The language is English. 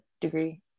degree